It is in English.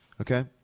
Okay